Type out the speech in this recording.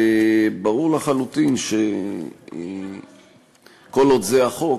וברור לחלוטין שכל עוד זה החוק,